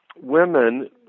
women